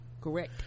correct